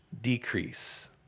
decrease